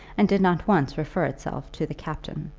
and did not once refer itself to the captain.